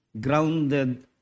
grounded